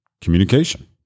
communication